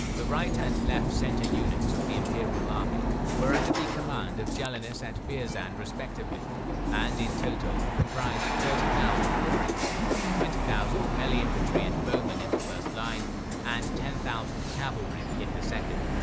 the right and left center units of the imperial army were under the command of jalinus and beerzan respectively and, in total, comprised thirty thousand warriors twenty thousand melee infantry and bowmen in the first line and ten thousand cavalry in the second.